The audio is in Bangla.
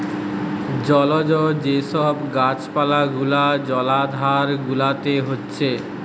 জলজ যে সব গাছ পালা গুলা জলাধার গুলাতে হচ্ছে